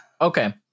Okay